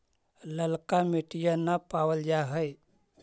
ललका मिटीया न पाबल जा है?